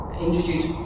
introduce